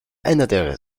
änderte